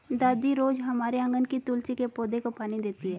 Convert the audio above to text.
दादी रोज हमारे आँगन के तुलसी के पौधे को पानी देती हैं